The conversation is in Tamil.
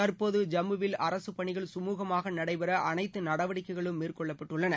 தற்போது ஜம்முவில் அரசுப் பணிகள் சுமூகமாக நடைபெற அனைத்து நடவடிக்கைகளும் மேற்கொள்ளப்பட்டுள்ளன